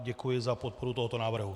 Děkuji za podporu tohoto návrhu.